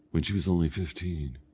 when she was only fifteen,